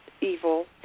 evil